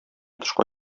тышка